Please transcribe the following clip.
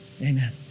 Amen